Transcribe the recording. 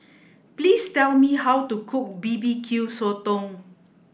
please tell me how to cook B B Q sotong